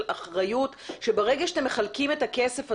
אחריות שברגע שאתם מחלקים את הכסף הזה,